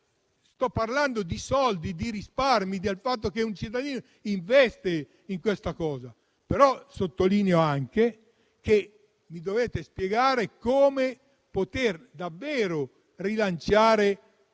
sto parlando di soldi, di risparmi, del fatto che il cittadino investe in questo. Anche qui, però, mi dovete spiegare come poter davvero rilanciare